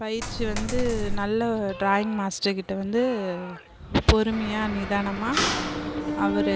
பயிற்சி வந்து நல்ல ட்ராயிங் மாஸ்டர் கிட்ட வந்து பொறுமையாக நிதானமாக அவர்